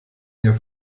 hier